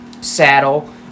saddle